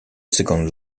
second